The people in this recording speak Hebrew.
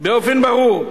באופן ברור.